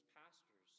pastors